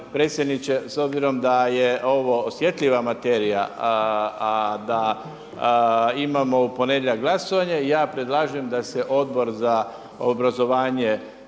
predsjedniče, s obzirom da je, ovo osjetljiva materija a da, imamo u ponedjeljak glasovanje i ja predlažem da se Odbor za obrazovanje